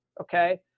okay